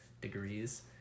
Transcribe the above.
degrees